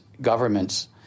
government's